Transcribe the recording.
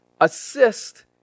assist